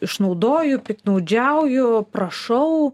išnaudoju piktnaudžiauju prašau